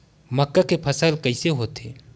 मक्का के फसल कइसे होथे?